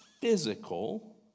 physical